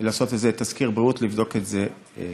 לעשות תסקיר בריאות לבדוק את זה.